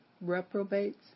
reprobates